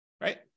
right